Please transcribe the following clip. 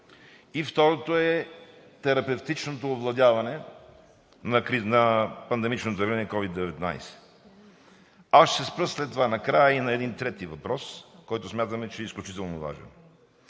и второто е терапевтичното овладяване на пандемичното явление COVID-19. Аз ще се спра след това накрая и на един трети въпрос, който смятаме, че е изключително важен.